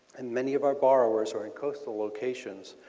and many of our borrows are in coastal locations.